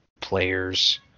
players